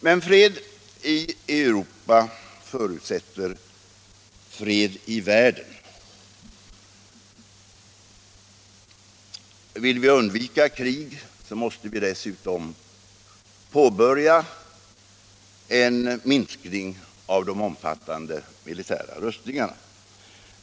Men fred i Europa förutsätter fred i världen. Vill vi undvika krig måste vi påbörja en minskning av de omfattande militära rustningarna.